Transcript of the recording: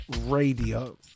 radio